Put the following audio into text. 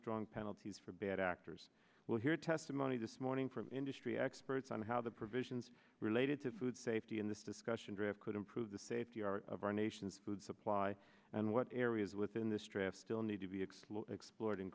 strong penalties for bad actors will hear testimony this morning from industry experts on how the provisions related to food safety in this discussion drive could improve the safety of our nation's food supply and what areas within this travesty will need to be explo